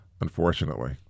unfortunately